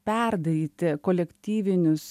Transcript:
perdaryti kolektyvinius